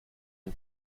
une